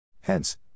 Hence